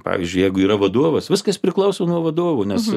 pavyzdžiui jeigu yra vadovas viskas priklauso nuo vadovų nes